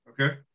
okay